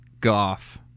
Goff